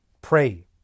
pray